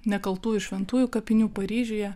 nekaltųjų šventųjų kapinių paryžiuje